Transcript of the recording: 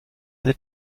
eine